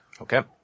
Okay